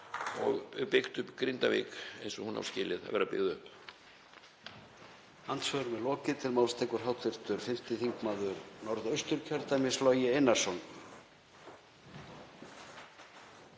og byggt upp Grindavík eins og hún á skilið að vera byggð upp.